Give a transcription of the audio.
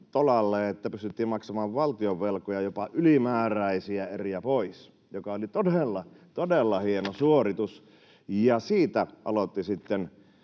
että pystyttiin maksamaan valtionvelkoja jopa ylimääräisiä eriä pois, mikä oli todella, todella hieno suoritus. [Puhemies